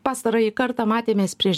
pastarąjį kartą matėmės prieš